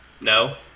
No